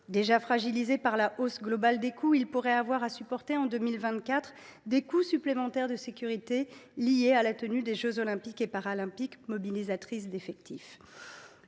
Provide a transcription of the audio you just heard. Déjà fragilisés par la hausse globale des coûts, ils pourraient avoir à supporter, en 2024, des frais supplémentaires de sécurité, liés à la tenue des jeux Olympiques et Paralympiques. Madame la ministre, vous